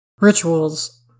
Rituals